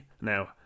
Now